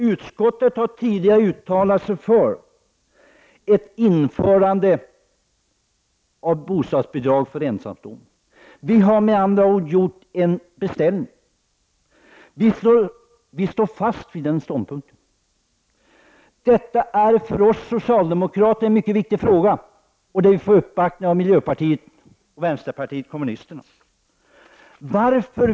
Utskottet har tidigare uttalat sig för ett införande av bostadsbidrag för ensamstående. Vi står fast vid den ståndpunkten. Detta är för oss socialdemokrater en mycket viktig fråga, och vi får uppbackning av miljöpartiet och vänsterpartiet kommunisterna.